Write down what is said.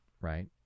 Right